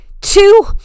two